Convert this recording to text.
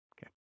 Okay